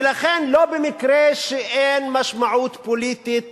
ולכן, לא במקרה אין משמעות פוליטית